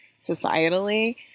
societally